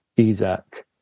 Isaac